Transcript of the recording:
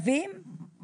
גנבים